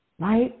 right